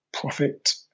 profit